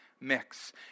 mix